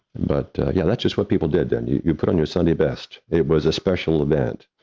but yeah, that's just what people did then, you you put on your so and best. it was a special event.